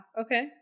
Okay